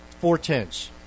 Four-tenths